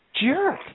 jerk